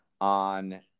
on